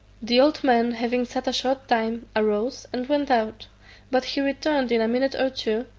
the old man having sat a short time, arose, and went out but he returned in a minute or two,